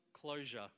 closure